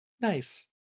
Nice